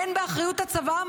הן באחריות הצבא,